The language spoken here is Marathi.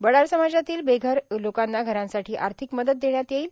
वडार समाजातील बेघर लोकांना घरांसाठी आर्थिक मदत देण्यात येईल